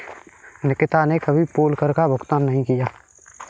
निकिता ने कभी पोल कर का भुगतान नहीं किया है